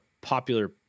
popular